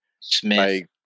Smith